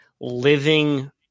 living